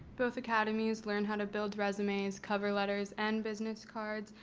both academies learn how to build resumes cover letters and business cards.